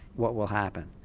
what will happen?